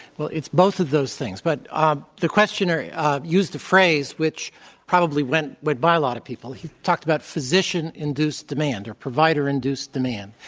well, it's both of those things. but um the questioner ah used a phrase which probably went went by a lot of people. he talked about physician-induced demand or provider-induced demand.